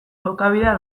jokabidea